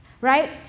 right